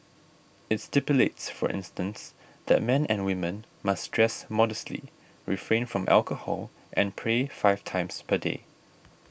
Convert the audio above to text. it stipulates for instance that men and women must dress modestly refrain from alcohol and pray five times per day